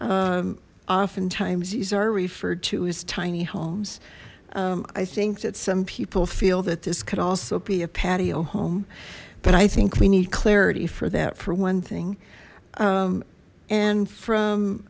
oftentimes these are referred to as tiny homes i think that some people feel that this could also be a patio home but i think we need clarity for that for one thing and from